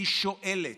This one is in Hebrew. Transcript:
היא שואלת,